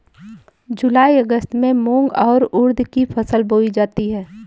जूलाई अगस्त में मूंग और उर्द की फसल बोई जाती है